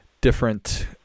different